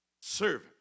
servant